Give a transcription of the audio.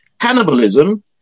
cannibalism